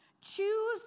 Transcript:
Choose